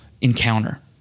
encounter